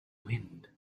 wind